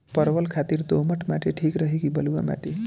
परवल खातिर दोमट माटी ठीक रही कि बलुआ माटी?